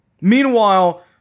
Meanwhile